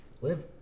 live